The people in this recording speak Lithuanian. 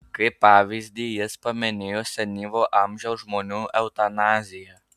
kaip pavyzdį jis paminėjo senyvo amžiaus žmonių eutanaziją